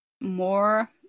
more